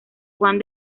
juan